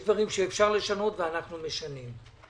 יש דברים שאפשר לשנות, ואנחנו משנים.